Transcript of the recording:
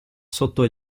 sotto